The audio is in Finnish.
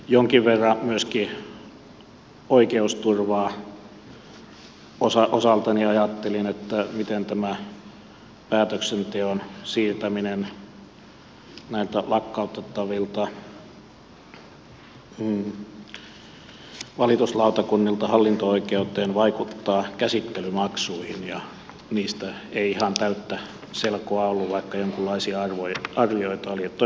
jonkin verran myöskin oikeusturvaa osaltani ajattelin miten tämä päätöksenteon siirtäminen näiltä lakkautettavilta valituslautakunnilta hallinto oikeuteen vaikeuttaa käsittelymaksuihin ja niistä ei ihan täyttä selkoa ollut vaikka jonkunlaisia arvioita oli